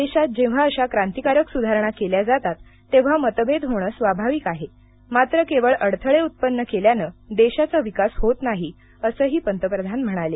देशात जेव्हा अशा क्रांतिकारक सुधारणा केल्या जातात तेव्हा मतभेद होणं स्वाभाविक आहे मात्र केवळ अडथळे उत्पन्न केल्यानं देशाचा विकास होत नाही असं पंतप्रधान म्हणाले